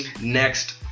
next